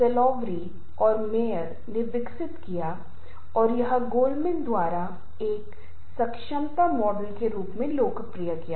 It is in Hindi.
परिणाम के रूप में संवाद करने के लिए वे निर्धारित समय सीमा में लक्ष्य प्राप्त नहीं कर सकते हैं या वे उस तरह से प्रदर्शन नहीं कर सकते हैं जैसा कि होना चाहिए था